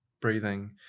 breathing